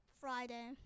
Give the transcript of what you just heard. Friday